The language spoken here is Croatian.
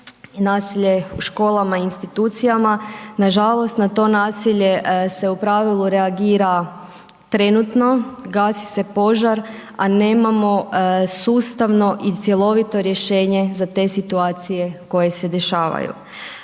nasilje u školama i institucijama, nažalost, na to nasilje se u pravilu reagira trenutno, gasi se požar, a nemamo sustavno i cjelovito rješenje za te situacije koje se dešavaju.